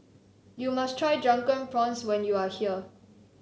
you must try Drunken Prawns when you are here